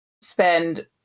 spend